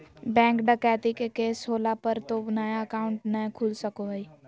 bank डकैती के case होला पर तो नया अकाउंट नय खुला सको हइ